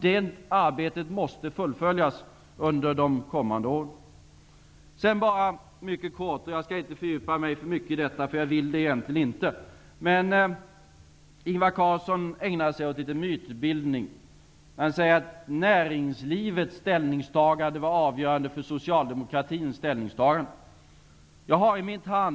Det arbetet måste fullbordas under de kommande åren. Mycket kort -- jag skall inte fördjupa mig för mycket i detta, för jag vill det egentligen inte -- måste jag nämna att Ingvar Carlsson ägnade sig åt litet mytbildning. Han sade att näringslivets ställningstagande var avgörande för socialdemokratins ställningstagande.